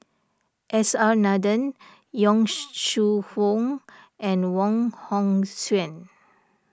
S R Nathan Yong Shu Hoong and Wong Hong Suen